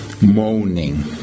moaning